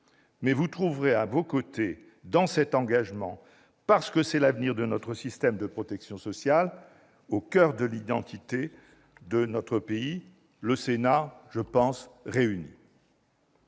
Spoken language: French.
vous nous trouverez à vos côtés dans cet engagement, parce que c'est l'avenir de notre système de protection sociale, au coeur de l'identité de notre pays, qui est en jeu.